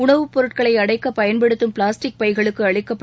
உணவுப் பொருட்களை அடைக்க பயன்படுத்தும் பிளாஸ்டிக் பைகளுக்கு அளிக்கப்பட்ட